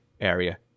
area